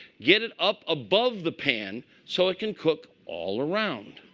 get it up above the pan so it can cook all around.